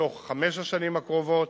בתוך חמש השנים הקרובות,